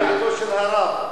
דעתו של הרב.